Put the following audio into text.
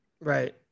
Right